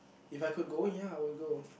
if I could go ya I will go